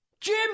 Jim